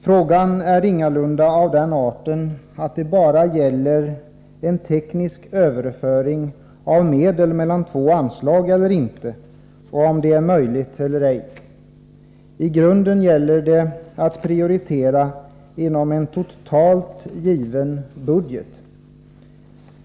Frågan är dock ingalunda av den arten att det bara gäller en teknisk överföring av medel mellan två anslag eller inte och om det är möjligt eller ej. I grunden gäller det att prioritera inom en totalt given budget.